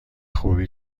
خوبی